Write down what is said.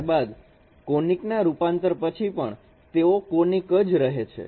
ત્યારબાદ કોનીક ના રૂપાંતર પછી પણ તેઓ કોનીક જ રહે છે